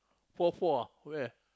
four four ah where